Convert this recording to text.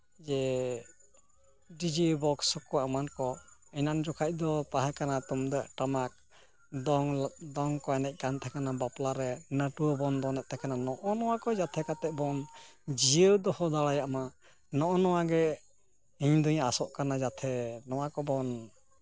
ᱡᱮ DJ box ᱠᱚ ᱮᱢᱱ ᱠᱚ ᱮᱱᱟᱱ ᱡᱚᱠᱷᱟᱡ ᱫᱚ ᱛᱟᱦᱮᱸ ᱠᱟᱱᱟ ᱛᱩᱢᱫᱟᱜ ᱴᱟᱢᱟᱠ ᱫᱚᱝ ᱫᱚᱝ ᱠᱚ ᱮᱱᱮᱡ ᱠᱟᱱ ᱛᱟᱦᱮᱸ ᱠᱟᱱᱟ ᱵᱟᱯᱞᱟᱨᱮ ᱱᱟᱹᱴᱩᱣᱟᱹᱵ ᱵᱚᱱ ᱫᱚᱱ ᱮᱜ ᱛᱟᱦᱮᱸ ᱠᱟᱱᱟ ᱱᱚᱜᱼᱚ ᱱᱟᱠᱚ ᱡᱟᱛᱮ ᱠᱟᱛᱮᱜ ᱵᱚᱱ ᱡᱤᱭᱟᱹᱣ ᱫᱚᱦᱚ ᱫᱟᱲᱮᱭᱟᱜ ᱢᱟ ᱱᱚᱜᱼᱚ ᱱᱚᱣᱟᱜᱮ ᱤᱧ ᱫᱩᱧ ᱟᱥᱚᱜ ᱠᱟᱱᱟ ᱡᱟᱛᱮ ᱱᱚᱣᱟ ᱠᱚᱵᱚᱱ